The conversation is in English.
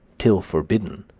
till forbidden,